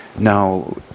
Now